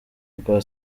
rwa